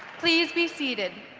please be seated.